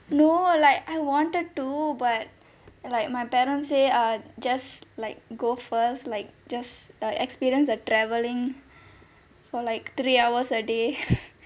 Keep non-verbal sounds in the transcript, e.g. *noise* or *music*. no like I wanted to but like my parents say ah just like go first like just e~ experience the travelling for like three hours a day *laughs*